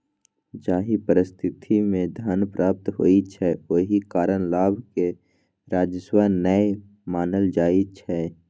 जाहि परिस्थिति मे धन प्राप्त होइ छै, ओहि कारण लाभ कें राजस्व नै मानल जाइ छै